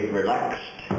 relaxed